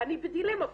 אני בדילמה פה,